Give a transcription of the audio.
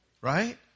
right